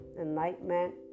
enlightenment